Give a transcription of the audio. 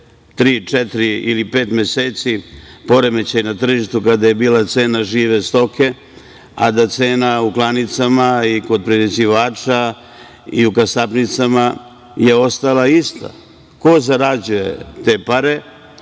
ili pet meseci poremećaja na tržištu kada je bila cena žive stoke, a da cena u klanicama i kod prerađivača i u kasabnicama je ostala ista. Ko zarađuje te pare?